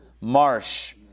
marsh